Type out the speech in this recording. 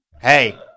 Hey